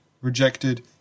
rejected